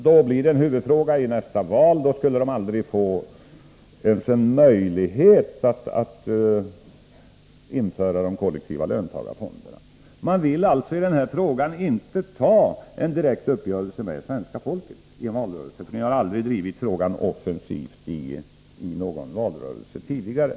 Då blir det en huvudfråga i nästa val, och då skulle socialdemokraterna aldrig få en möjlighet att införa de kollektiva löntagarfonderna. I den här frågan vill socialdemokraterna inte ta en direkt uppgörelse med svenska folket i en valrörelse — ni har aldrig drivit frågan offensivt i någon valrörelse tidigare.